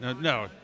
no